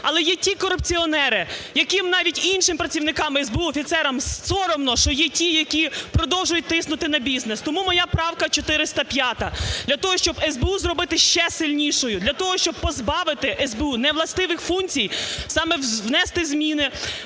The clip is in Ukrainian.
Але є ті корупціонери, яким навіть і іншим працівникам СБУ, офіцерам соромно, що є ті, які продовжують тиснути на бізнес. Тому моя правка 405 для того, щоб СБУ зробити ще сильнішою, для того, щоб позбавити СБУ невластивих функцій, саме внести зміни